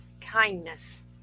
kindness